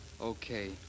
Okay